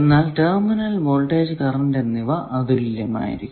എന്നാൽ terminal voltage current എന്നിവ അതുല്യമായിരിക്കും